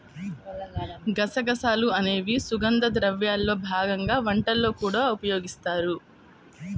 గసగసాలు అనేవి సుగంధ ద్రవ్యాల్లో భాగంగా వంటల్లో కూడా ఉపయోగిస్తారు